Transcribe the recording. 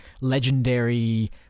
legendary